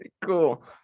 cool